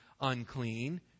unclean